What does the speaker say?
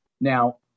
Now